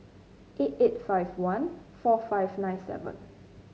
eight eight five one four five nine seven